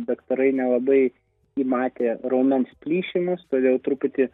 daktarai nelabai įmatė raumens plyšimus todėl truputį